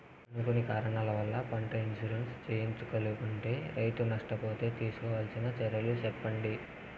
అనుకోని కారణాల వల్ల, పంట ఇన్సూరెన్సు చేయించలేకుంటే, రైతు నష్ట పోతే తీసుకోవాల్సిన చర్యలు సెప్పండి?